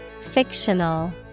Fictional